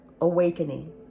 awakening